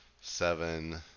seven